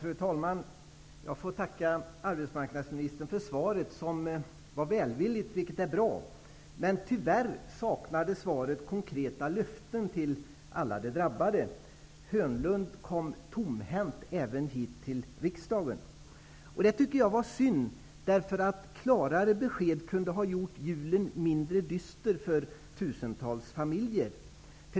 Fru talman! Jag får tacka arbetsmarknadsministern för svaret som är välvilligt, vilket är bra. Men tyvärr saknade svaret konkreta löften till alla de drabbade. Börje Hörnlund kom tomhänt även hit till riksdagen. Det tycker jag var synd, därför att klarare besked kunde ha gjort julen mindre dyster för tusentals familjer.